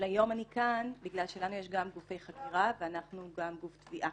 אבל היום אני כאן כי יש לנו גם גופי חקירה ואנחנו גם גוף תביעה.